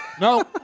no